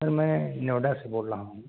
سر میں نوئیڈا سے بول رہا ہوں